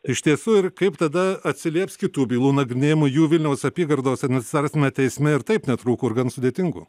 iš tiesų ir kaip tada atsilieps kitų bylų nagrinėjimui jų vilniaus apygardos administraciniame teisme ir taip netrūko ir gan sudėtingų